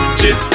chip